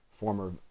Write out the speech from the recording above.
Former